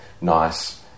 nice